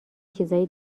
چیزای